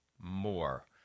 more